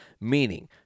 meaning